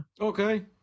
Okay